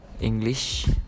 English